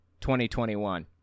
2021